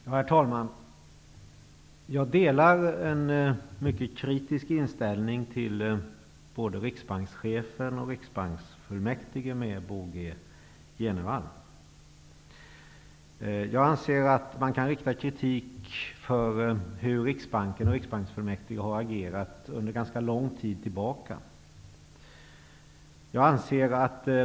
Herr talman! Jag delar Bo G Jenevalls mycket kritiska inställning till både riksbankschefen och Man kan rikta kritik mot Riksbanken och Riksbanksfullmäktige för hur de under ganska lång tid har agerat.